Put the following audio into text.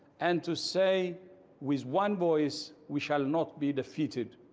and to say with one voice we shall not be defeated.